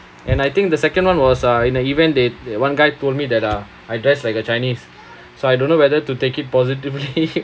and I think the second [one] was uh in the event that one guy told me that uh I dress like a chinese so I don't know whether to take it positively